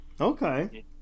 Okay